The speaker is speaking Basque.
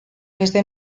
beste